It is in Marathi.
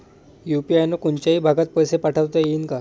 यू.पी.आय न कोनच्याही भागात पैसे पाठवता येईन का?